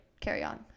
carry-on